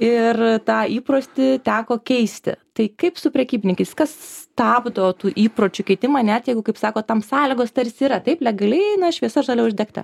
ir tą įprotį teko keisti tai kaip su prekybininkais kas stabdo tų įpročių keitimą net jeigu kaip sakot tam sąlygos tarsi yra taip legaliai na šviesa žalia uždegta